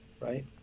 right